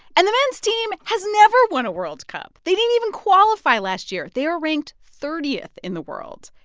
and the men's team has never won a world cup. they didn't even qualify last year. they are ranked thirtieth in the world.